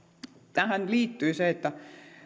tähän liittyy se että